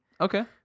Okay